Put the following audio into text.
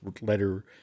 letter